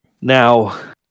Now